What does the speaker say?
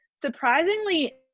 surprisingly